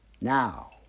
now